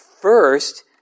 first